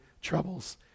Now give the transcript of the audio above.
troubles